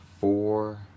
four